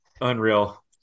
unreal